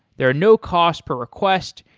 there are no costs per request,